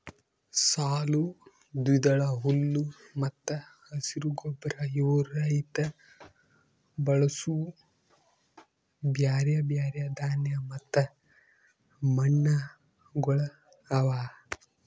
ಸಾಲು, ದ್ವಿದಳ, ಹುಲ್ಲು ಮತ್ತ ಹಸಿರು ಗೊಬ್ಬರ ಇವು ರೈತ ಬಳಸೂ ಬ್ಯಾರೆ ಬ್ಯಾರೆ ಧಾನ್ಯ ಮತ್ತ ಮಣ್ಣಗೊಳ್ ಅವಾ